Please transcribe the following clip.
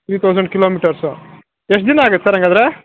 three thousand kilometres ಎಷ್ಟು ದಿನ ಆಗತ್ತೆ ಸರ್ ಹಾಗಾದ್ರೆ